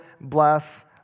bless